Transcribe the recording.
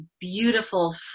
beautiful